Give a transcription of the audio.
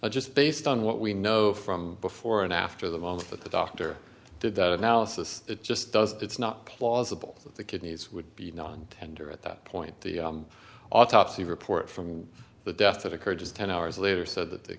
but just based on what we know from before and after the months that the doctor did that analysis it just doesn't it's not plausible that the kidneys would be non tender at that point the autopsy report from the death that occurred just ten hours later said that the